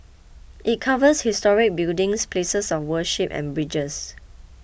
it covers historic buildings places of worship and bridges